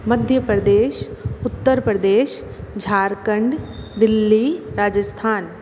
Madhya Pradesh Uttar Pradesh Jharkhand Delhi Rajasthan